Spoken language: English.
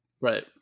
Right